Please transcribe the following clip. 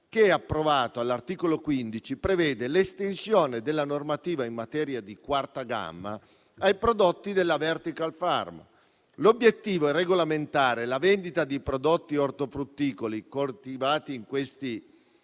che è stato approvato, prevede l'estensione della normativa in materia di quarta gamma ai prodotti della *vertical farm*. L'obiettivo è regolamentare la vendita di prodotti ortofrutticoli coltivati in questi